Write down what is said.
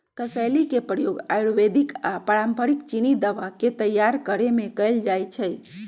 कसेली के प्रयोग आयुर्वेदिक आऽ पारंपरिक चीनी दवा के तइयार करेमे कएल जाइ छइ